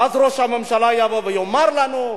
ואז ראש הממשלה יבוא ויאמר לנו: